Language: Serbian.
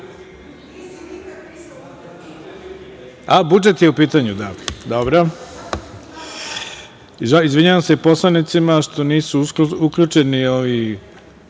budžet je u pitanju, onda dobro. Izvinjavam se poslanicima što nisu uključeni ovi,